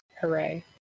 Hooray